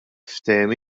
ftehim